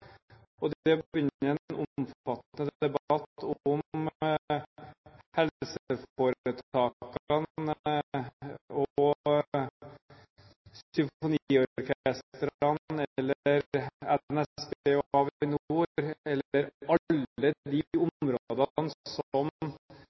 eieransvar, og det å begynne en omfattende debatt om helseforetakene, om symfoniorkestrene, om NSB eller Avinor, eller alle